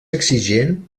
exigent